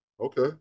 Okay